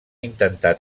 intentar